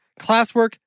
classwork